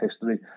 history